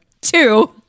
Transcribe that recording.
two